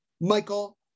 Michael